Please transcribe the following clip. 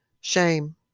shame